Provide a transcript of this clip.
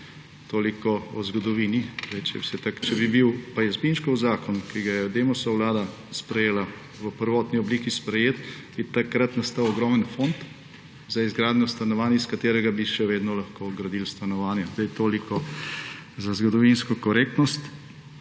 Toliko o zgodovini. Če bi bil pa Jazbinškov zakon, ki ga je Demosova vlada sprejela, sprejet v prvotni obliki, bi takrat nastal ogromen fond za izgradnjo stanovanj, iz katerega bi še vedno lahko gradili stanovanja. Zdaj toliko za zgodovinsko korektnost.